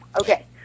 okay